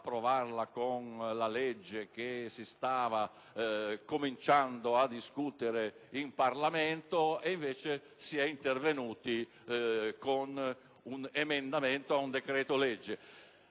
con la legge che si stava cominciando a discutere in Parlamento: invece si è intervenuti con un emendamento ad un decreto‑legge.